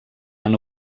han